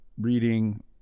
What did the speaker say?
reading